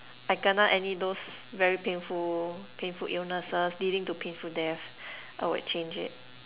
I kena any those very painful painful illnesses leading to painful death I would change it